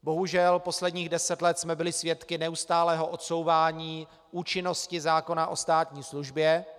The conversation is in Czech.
Bohužel posledních deset let jsme byli svědky neustálého odsouvání účinnosti zákona o státní službě.